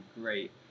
great